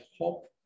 hope